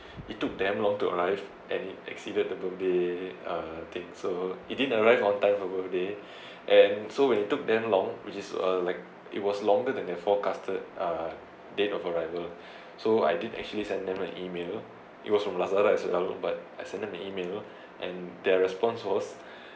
it took damn long to arrive and it exceeded the birthday uh thing so it didn't arrive on time for birthday and so when it took damn long which is uh like it was longer than their forecasted uh date of arrival so I did actually send them an email it was from lazada as you but I sent them an email and their response was